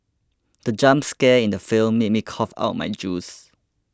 the jump scare in the film made me cough out my juice